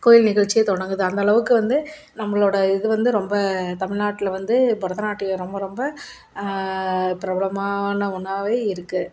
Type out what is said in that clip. கோயில் நிகழ்ச்சியே தொடங்குது அந்தளவுக்கு வந்து நம்மளோடய இது வந்து ரொம்ப தமிழ்நாட்ல வந்து பரதநாட்டியம் ரொம்ப ரொம்ப பிரபலமான ஒன்றாவே இருக்குது